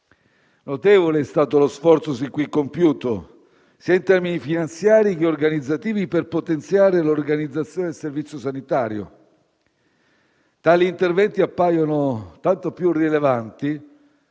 Notevole è stato lo sforzo sin qui compiuto in termini sia finanziari che organizzativi per potenziare l'organizzazione del servizio sanitario. Tali interventi appaiono tanto più rilevanti